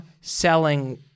selling